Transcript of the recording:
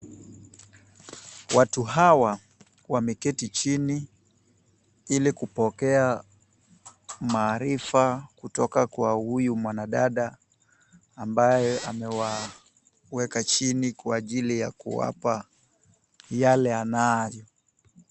Watu hawa wameketi chini ili kupokea maarifa kutoka kwa huyu mwanadada ambaye amewaweka chini kwa ajili ya kuwapa yale anayo.